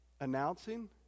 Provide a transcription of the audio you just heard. announcing